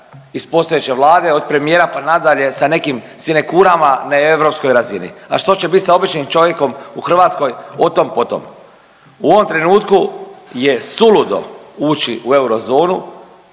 iz postojeće Vlade od premijera pa na dalje sa nekim sinekurama na europskoj razini. A što će bit sa običnim čovjekom u Hrvatskoj o tom, po tom. U ovom trenutku je suludo ući u eurozonu